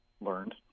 learned